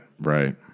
Right